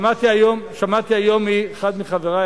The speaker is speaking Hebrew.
שמעתי היום מאחד מחברי,